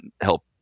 help